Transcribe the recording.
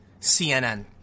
CNN